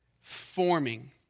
forming